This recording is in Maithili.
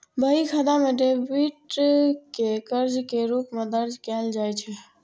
बही खाता मे डेबिट कें कर्ज के रूप मे दर्ज कैल जाइ छै